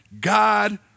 God